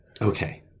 Okay